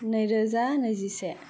नै रोजा नैजिसे